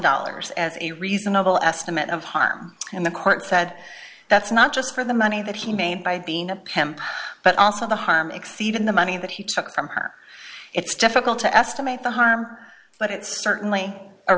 dollars as a reasonable estimate of harm in the court said that's not just for the money that he made by being a pimp but also the harm exceeding the money that he took from her it's difficult to estimate the harm but it's certainly a